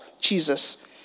Jesus